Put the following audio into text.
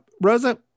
Rosa